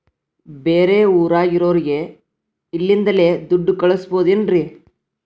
ಬೇರೆ ಊರಾಗಿರೋರಿಗೆ ಇಲ್ಲಿಂದಲೇ ದುಡ್ಡು ಕಳಿಸ್ಬೋದೇನ್ರಿ?